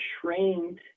trained